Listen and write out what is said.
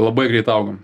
labai greitai augom